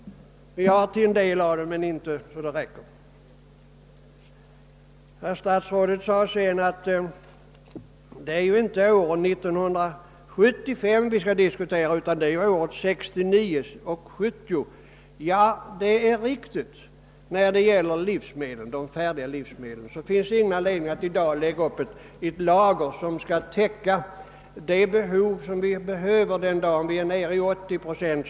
Vi har lokaler till en del, men inte så att det räcker. Herr statsrådet menade sedan att det inte är år 1975 vi nu skall diskutera utan åren 1969 och 1970. Det är riktigt när det gäller de färdiga livsmedlen. Det finns ingen anledning att i dag lägga upp ett lager som skall täcka behovet den dag vår egen livsmedelsförsörjning är nere i 80 procent.